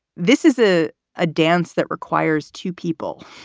this is a a dance that requires two people.